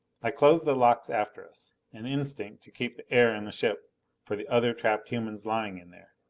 i closed the locks after us an instinct to keep the air in the ship for the other trapped humans lying in there.